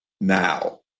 Now